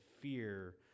fear